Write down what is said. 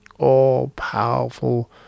all-powerful